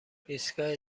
ایستگاه